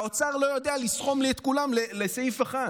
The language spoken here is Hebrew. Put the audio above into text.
והאוצר לא יודע לסכום לי את כולם לסעיף אחד.